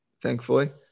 Thankfully